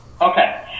Okay